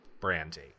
Brandy